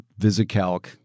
VisiCalc